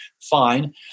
fine